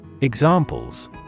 Examples